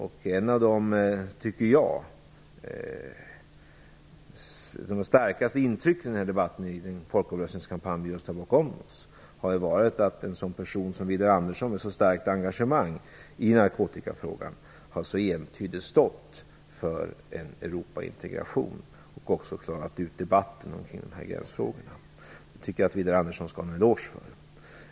Ett av de starkaste intrycken från debatten i den folkomröstningskampanj som vi har bakom oss tycker jag har varit att en sådan person som Widar Andersson, som har ett så starkt engagemang i narkotikafrågan, så entydigt har stått för en Europaintegration. Han har även klarat ut mycket i debatten om gränsfrågorna. Det tycker jag att Widar Andersson skall ha en eloge för.